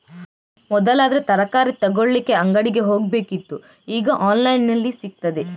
ಮೊದಲಾದ್ರೆ ತರಕಾರಿ ತಗೊಳ್ಳಿಕ್ಕೆ ಅಂಗಡಿಗೆ ಹೋಗ್ಬೇಕಿತ್ತು ಈಗ ಆನ್ಲೈನಿನಲ್ಲಿ ಸಿಗ್ತದೆ